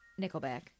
Nickelback